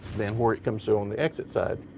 then where it comes through on the exit side.